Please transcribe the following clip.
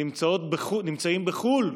נמצאים בחו"ל,